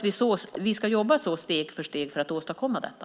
Vi ska jobba steg för steg för att åstadkomma detta.